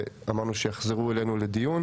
ואמרנו שיחזרו אלינו לדיון.